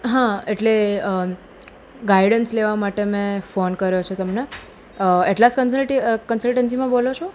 હા એટલે ગાઈડન્સ લેવા માટે મેં ફોન કર્યો છે તમને એટલાસ કન્સલ્ટી કન્સલ્ટન્સીમાં બોલો છો